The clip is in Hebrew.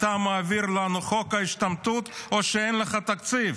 אתה מעביר לנו את חוק ההשתמטות או שאין לך תקציב.